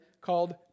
called